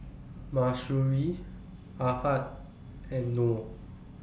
Mahsuri Ahad and Nor